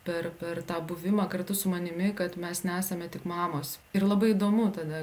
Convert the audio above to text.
per tą buvimą kartu su manimi kad mes nesame tik mamos ir labai įdomu tada